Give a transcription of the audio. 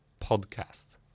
podcast